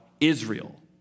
Israel